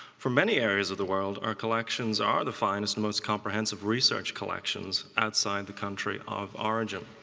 for many areas of the world, our collections are the finest and most comprehensive research collections outside the country of origin.